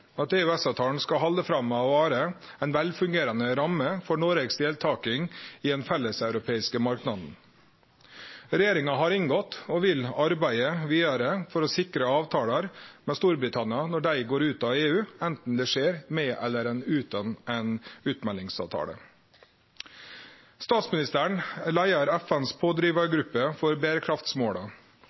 at EØS-avtalen skal halde fram med å vere ei velfungerande ramme for Noregs deltaking i den felles europeiske marknaden. Regjeringa har inngått og vil arbeide vidare for å sikre avtalar med Storbritannia når dei går ut av EU – anten det skjer med eller utan ein utmeldingsavtale. Statsministeren leier FNs pådrivargruppe for berekraftsmåla.